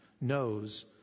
knows